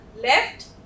left